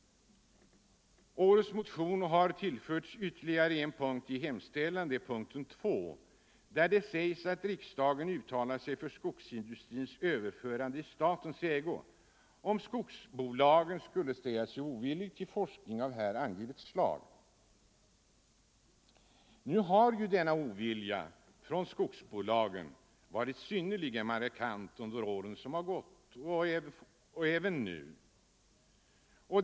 Årets motion har tillförts ytterligare en punkt i hemställan, punkten 2, där det hemställs att riksdagen uttalar sig för skogsindustrins överförande i statens ägo, om skogsbolagen skulle ställa — Nr 125 sig ovilliga till forskning av här angivet slag. Onsdagen den Nu har ju denna ovilja från skogsbolagen varit synnerligen markant 20 november 1974 under åren som gått och är det även nu.